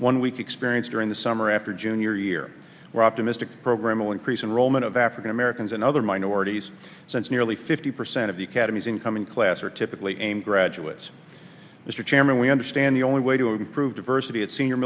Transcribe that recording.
one week experience during the summer after junior year we're optimistic program will increase in roman of african americans and other minorities since nearly fifty percent of the academy's incoming class are typically aimed graduates mr chairman we understand the only way to improve diversity at senior